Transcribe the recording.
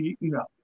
No